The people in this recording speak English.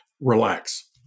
Relax